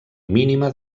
mínima